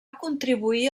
contribuir